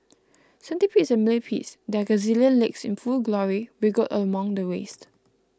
centipedes and millipedes their gazillion legs in full glory wriggled among the waste